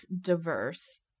diverse